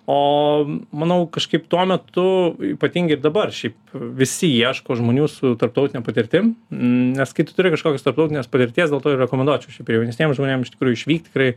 o manau kažkaip tuo metu ypatingai ir dabar šiaip visi ieško žmonių su tarptautine patirtim nes kai tu turi kažkokios tarptautinės patirties dėl to ir rekomenduočiau šiaip jaunesniem žmonėm iš tikrųjų išvykt tikrai